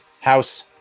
House